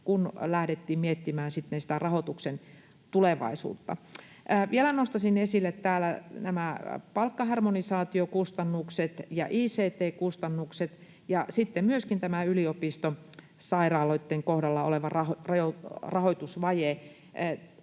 kun lähdettiin miettimään sitten sitä rahoituksen tulevaisuutta. Vielä nostaisin esille täällä nämä palkkaharmonisaatiokustannukset ja ict-kustannukset ja sitten myöskin tämän yliopistosairaaloitten kohdalla olevan rahoitusvajeen.